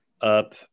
up